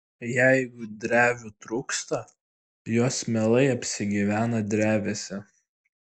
jeigu drevių trūksta jos mielai apsigyvena drevėse